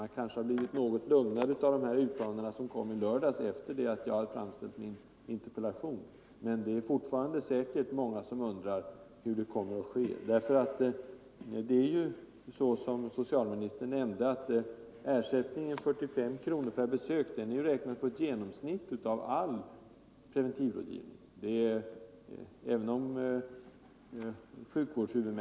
Man har kanske blivit något lugnad av de uttalanden som kom i lördags, efter det att jag hade framställt min interpellation, men det är säkert fortfarande många som undrar vad som kommer att ske. Som socialministern nämnde är ersättningsbeloppet 45 kronor per besök grundat på ett genomsnitt av all preventivmedelsrådgivning.